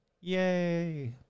Yay